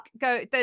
go